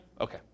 Okay